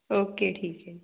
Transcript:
okay ਠੀਕ ਹੈ ਜੀ